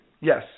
Yes